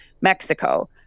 Mexico